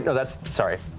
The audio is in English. and that's, sorry.